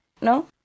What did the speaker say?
no